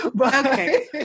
Okay